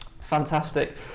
Fantastic